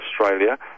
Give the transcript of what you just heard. Australia